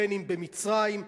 אם במצרים,